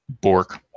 Bork